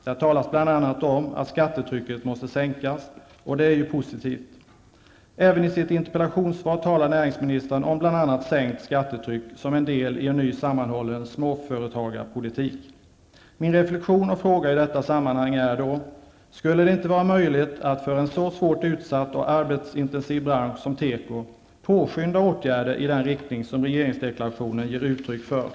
Där talas bl.a. om att skattetrycket måste sänkas, och det är ju positivt. Även i sitt interpellationssvar talar näringsministern om bl.a. sänkt skattetryck som en del i en ny sammanhållen småföretagarpolitik. Min reflexion och fråga i detta sammanhang är då: Skulle det inte vara möjligt att inom en sådan svår utsatt och arbetsintensiv bransch påskynda åtgärder i den riktning som regeringsdeklarationen ger uttryck för?